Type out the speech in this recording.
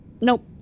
Nope